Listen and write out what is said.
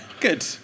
good